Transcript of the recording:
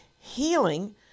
healing